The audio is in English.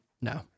No